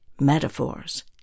metaphors